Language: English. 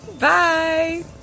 Bye